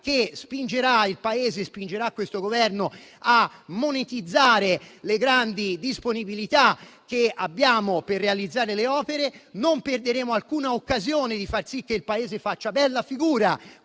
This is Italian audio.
che spingerà il Paese e questo Governo a monetizzare le grandi disponibilità che abbiamo per realizzare le opere. Non perderemo alcuna occasione di far sì che il Paese faccia bella figura,